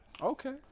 Okay